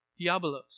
Diabolos